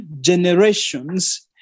generations